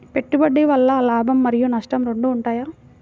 పెట్టుబడి వల్ల లాభం మరియు నష్టం రెండు ఉంటాయా?